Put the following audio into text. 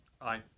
aye